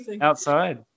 outside